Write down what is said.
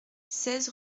seize